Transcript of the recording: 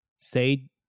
Say